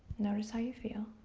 notice how you feel.